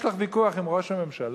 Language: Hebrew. יש לך ויכוח עם ראש הממשלה?